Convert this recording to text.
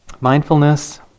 mindfulness